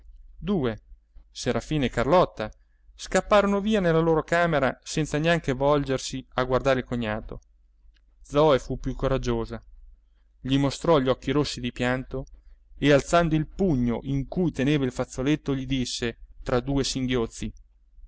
serafina e carlotta scapparono via nella loro camera senza neanche volgersi a guardare il cognato zoe fu più coraggiosa gli mostrò gli occhi rossi di pianto e alzando il pugno in cui teneva il fazzoletto gli disse tra due singhiozzi